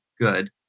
good